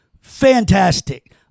fantastic